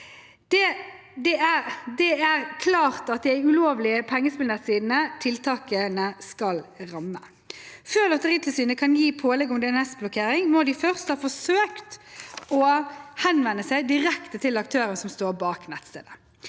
Det er de klart ulovlige pengespillnettsidene tiltaket skal ramme. Før Lotteritilsynet kan gi pålegg om DNSblokkering, må de først ha forsøkt å henvende seg direkte til aktøren som står bak nettstedet.